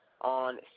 on